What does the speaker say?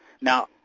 Now